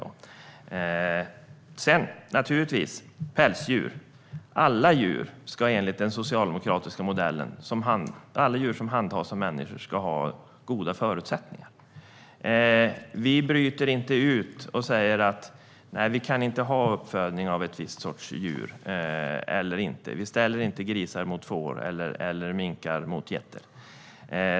Alla djur, och då naturligtvis även pälsdjur, som handhas av människor ska enligt den socialdemokratiska modellen ha goda förutsättningar. Vi bryter inte ut delar och säger att det inte ska vara tillåtet med uppfödning av en viss sorts djur. Vi ställer inte grisar mot får, eller minkar mot getter.